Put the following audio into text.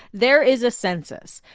there is a census.